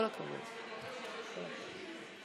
התשנ"ו 1996,